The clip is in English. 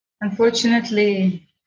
unfortunately